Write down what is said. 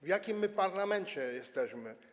W jakim my parlamencie jesteśmy?